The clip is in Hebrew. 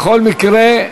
בכל מקרה,